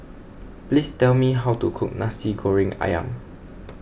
please tell me how to cook Nasi Goreng Ayam